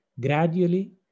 gradually